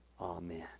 Amen